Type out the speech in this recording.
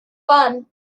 fun